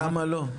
למה לא?